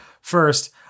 first